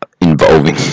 involving